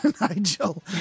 Nigel